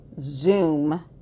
Zoom